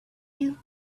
you